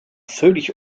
völlig